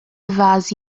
vasi